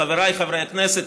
חבריי חברי הכנסת,